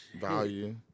value